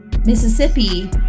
Mississippi